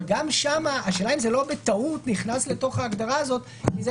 אבל גם שם השאלה אם זה לא נכנס להגדרה הזאת בטעות אם זה היה,